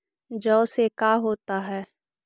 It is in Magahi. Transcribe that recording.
जौ से का होता है?